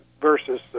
versus